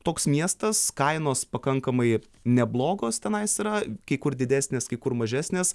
toks miestas kainos pakankamai neblogos tenais yra kai kur didesnės kai kur mažesnės